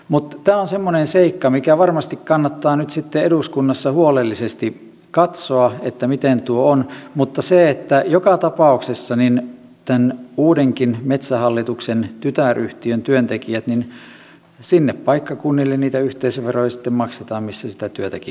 tämä on semmoinen seikka mikä varmasti kannattaa nyt sitten eduskunnassa huolellisesti katsoa että miten tuo on mutta joka tapauksessa tämän uudenkin metsähallituksen tytäryhtiön työntekijät sinne paikkakunnille niitä yhteisöveroja sitten maksavat missä sitä työtäkin tehdään